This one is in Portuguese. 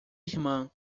irmã